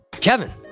Kevin